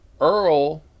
Earl